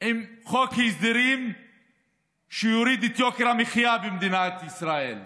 עם חוק הסדרים שיוריד את יוקר המחיה במדינת ישראל,